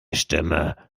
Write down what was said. stimme